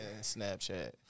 Snapchat